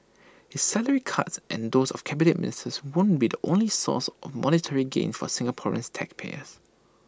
his salary cuts and those of Cabinet Ministers won't be the only sources of monetary gain for Singaporean taxpayers